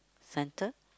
centre